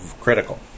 critical